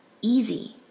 easy